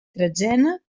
tretzena